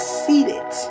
seated